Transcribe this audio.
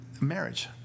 marriage